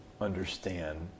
understand